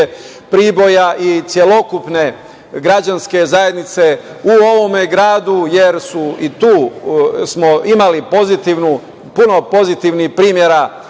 Priboja i celokupne građanske zajednice u ovome gradu, jer smo i tu imali puno pozitivnih primera